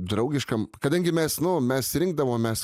draugiškam kadangi mes nu mes rinkdavomės